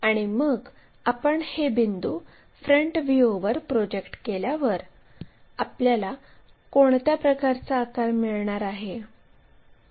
आणि मग आपण हे बिंदू फ्रंट व्ह्यूवर प्रोजेक्ट केल्यावर आपल्याला कोणत्या प्रकारचा आकार मिळणार आहे